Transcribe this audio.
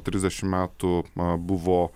trisdešimt metų buvo